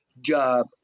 job